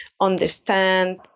understand